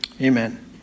Amen